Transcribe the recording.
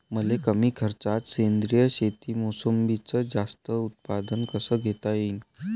मले कमी खर्चात सेंद्रीय शेतीत मोसंबीचं जास्त उत्पन्न कस घेता येईन?